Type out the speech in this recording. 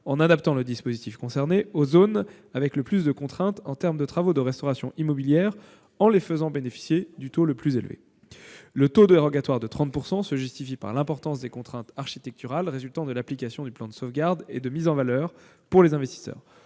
en adaptant le dispositif concerné aux zones qui connaissent le plus de contraintes en termes de travaux de restauration immobilière, en les faisant bénéficier du taux le plus élevé. Le taux dérogatoire de 30 % se justifie par l'importance des contraintes architecturales résultant de l'application du PSMV pour les investisseurs.